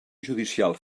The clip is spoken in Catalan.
judicial